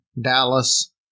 Dallas